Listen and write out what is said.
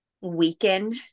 weaken